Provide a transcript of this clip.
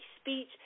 speech